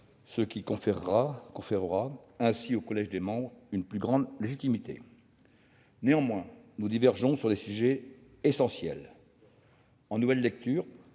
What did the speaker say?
ce qui conférera au collège des membres une plus grande légitimité. Néanmoins, nous divergeons sur des sujets essentiels. En nouvelle lecture,